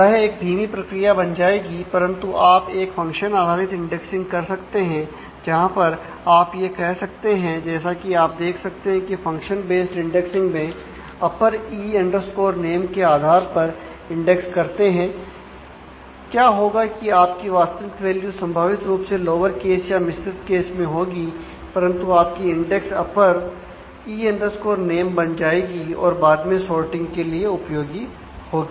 वह एक धीमी प्रक्रिया बन जाएगी परंतु आप एक फंक्शन आधारित इंडेक्सिंग कर सकते हैं जहां पर आप यह कह सकते हैं जैसा कि आप देख सकते हैं फंक्शन बेस्ड इंडेक्सिंग के लिए उपयोगी होगी